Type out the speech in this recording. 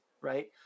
right